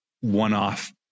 One-off